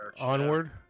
onward